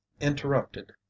interrupted